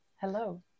Hello